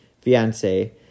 Fiance